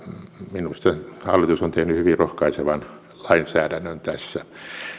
minusta hallitus on tehnyt hyvin rohkaisevan lainsäädännön tässä